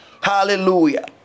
Hallelujah